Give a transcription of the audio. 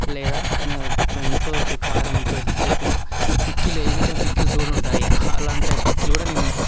లేదా ఇంట్లో కారం ఉంటుంది upma pickle any time pickles కూడా ఉంటాయి అలాంటి పికిల్ కూడా నేను